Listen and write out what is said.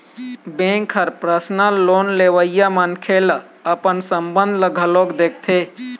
bank ह personal loan लेवइया मनखे ले अपन संबंध ल घलोक देखथे